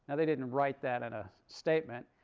and they didn't write that in a statement.